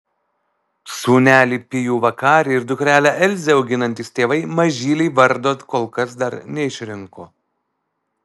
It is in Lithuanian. sūnelį pijų vakarį ir dukrelę elzę auginantys tėvai mažylei vardo kol kas dar neišrinko